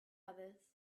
others